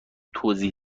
توضیح